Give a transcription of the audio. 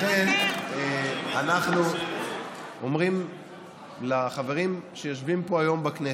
לכן אנחנו אומרים לחברים שיושבים פה היום בכנסת: